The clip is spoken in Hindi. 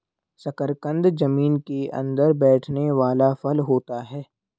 शकरकंद जमीन के अंदर बैठने वाला फल होता है